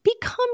become